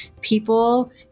people